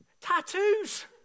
Tattoos